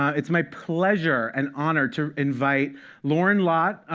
it's my pleasure and honor to invite lauren lott,